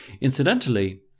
Incidentally